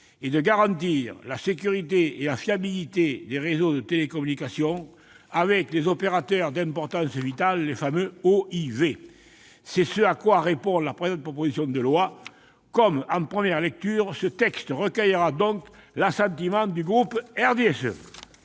est de garantir la sécurité et la fiabilité des réseaux de télécommunications avec les opérateurs d'importance vitale, les fameux OIV. C'est ce à quoi répond la présente proposition de loi. Comme en première lecture, ce texte recueillera donc l'assentiment du groupe du